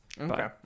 Okay